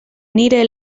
nire